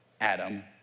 Adam